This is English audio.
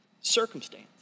circumstance